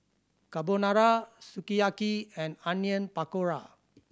Carbonara Sukiyaki and Onion Pakora